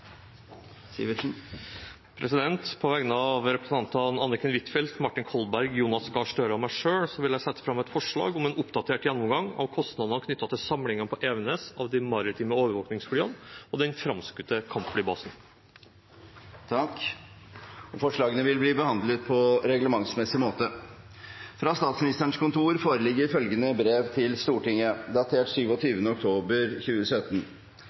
På vegne av representantene Anniken Huitfeldt, Martin Kolberg, Jonas Gahr Støre og meg selv vil jeg sette fram forslag om en oppdatert gjennomgang av kostnadene knyttet til samlingen på Evenes av de maritime overvåkningsflyene og den framskutte kampflybasen. Forslagene vil bli behandlet på reglementsmessig måte. Fra statsministerens kontor foreligger følgende brev til Stortinget, datert 27. oktober 2017: